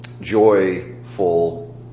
joyful